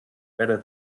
better